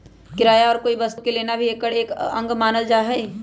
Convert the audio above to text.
किराया पर कोई वस्तु के लेना भी एकर एक अंग मानल जाहई